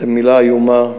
זו מילה איומה,